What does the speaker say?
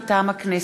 מטעם הכנסת: